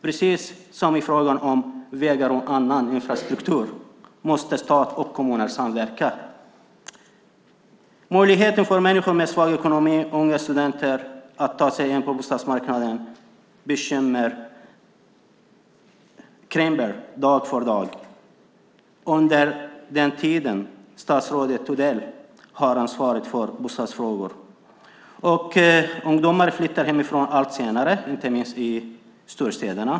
Precis som i fråga om vägar och annan infrastruktur måste stat och kommuner samverka. Möjligheten för människor med svag ekonomi, unga och studenter, att ta sig in på bostadsmarknaden krymper dag för dag under den tid statsrådet Odell har ansvar för bostadsfrågor. Ungdomar flyttar hemifrån allt senare, inte minst i storstäderna.